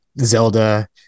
Zelda